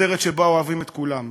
מחתרת שבה אוהבים את כולם,